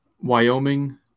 Wyoming